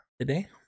today